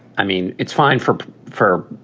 i mean, it's fine for for.